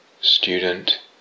student